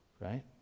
Right